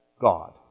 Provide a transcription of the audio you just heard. God